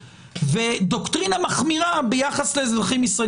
ודוקטרינה מחמירה ביחס לאזרחים ישראלים.